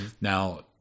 Now